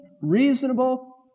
reasonable